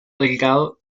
delgado